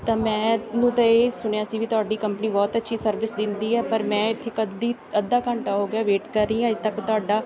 ਤਾਂ ਮੈਨੂੰ ਤਾਂ ਇਹ ਸੁਣਿਆ ਸੀ ਵੀ ਤੁਹਾਡੀ ਕੰਪਨੀ ਬਹੁਤ ਅੱਛੀ ਸਰਵਿਸ ਦਿੰਦੀ ਹੈ ਪਰ ਮੈਂ ਇੱਥੇ ਕਦੋਂ ਦੀ ਅੱਧਾ ਘੰਟਾ ਹੋ ਗਿਆ ਵੇਟ ਕਰ ਰਹੀ ਹਾਂ ਅਜੇ ਤੱਕ ਤੁਹਾਡਾ